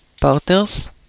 partners